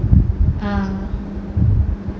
ah